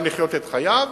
גם לחיות את חייו